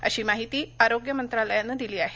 अशी माहिती आरोग्य मंत्रालयानं दिली आहे